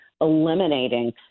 eliminating